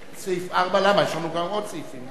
אין